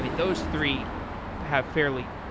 those three have fairly,